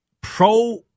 pro